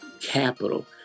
capital